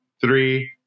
Three